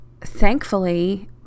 thankfully